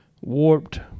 warped